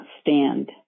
stand